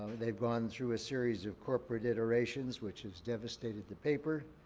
they've gone through a series of corporate iterations, which has devastated the paper,